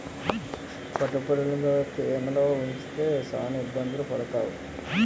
పట్టుపురుగులుని తేమలో ఉంచితే సాన ఇబ్బందులు పాలవుతారు